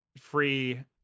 free